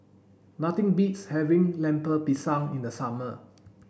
nothing beats having Lemper Pisang in the summer